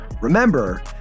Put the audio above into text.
Remember